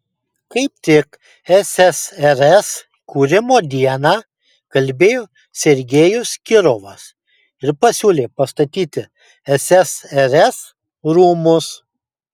kaip tik ssrs kūrimo dieną kalbėjo sergejus kirovas ir pasiūlė pastatyti ssrs rūmus